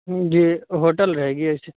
جی hotel رہے گی A سی